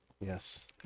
Yes